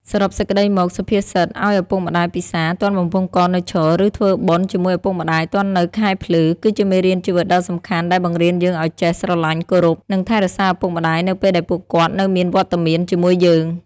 សរុបសេចក្ដីមក សុភាសិត ឲ្យឪពុកម្តាយពិសារ ទាន់បំពង់ករនៅឈរ ឬ ធ្វើបុណ្យជាមួយឪពុកម្តាយទាន់នៅខែភ្លឺ គឺជាមេរៀនជីវិតដ៏សំខាន់ដែលបង្រៀនយើងឲ្យចេះស្រឡាញ់ គោរព និងថែរក្សាឪពុកម្តាយនៅពេលដែលពួកគាត់នៅមានវត្តមានជាមួយយើង។